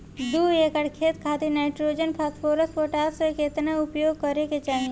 दू एकड़ खेत खातिर नाइट्रोजन फास्फोरस पोटाश केतना उपयोग करे के चाहीं?